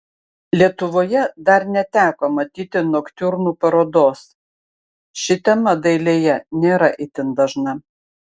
lietuvoje dar neteko matyti noktiurnų parodos ši tema dailėje nėra itin dažna